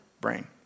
brain